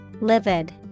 livid